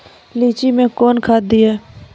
लीची मैं कौन खाद दिए?